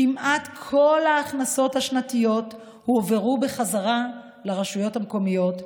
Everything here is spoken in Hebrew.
כמעט כל ההכנסות השנתיות הועברו בחזרה לרשויות המקומיות,